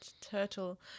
turtle